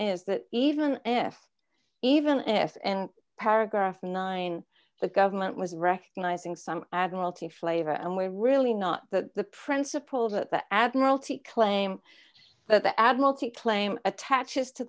is that even if even if in paragraph nine the government was recognizing some admiralty flavor and we're really not that the principle that the admiralty claim that the admiralty claim attaches to